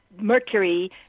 Mercury